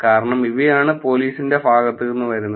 കാരണം ഇവയാണ് പോലീസിന്റെ ഭാഗത്തുനിന്ന് വരുന്നത്